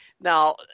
now